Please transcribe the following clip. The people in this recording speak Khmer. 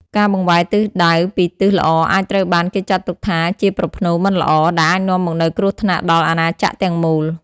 ការបង្វែរទិសដៅពីទិសល្អអាចត្រូវបានគេចាត់ទុកថាជាប្រផ្នូលមិនល្អ ដែលអាចនាំមកនូវគ្រោះថ្នាក់ដល់អាណាចក្រទាំងមូល។